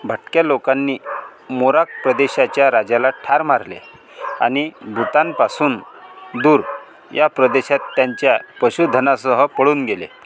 भटक्या लोकांनी मोराक प्रदेशाच्या राजाला ठार मारले आणि भूतानपासून दूर या प्रदेशात त्यांच्या पशुधनासह पळून गेले